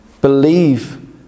Believe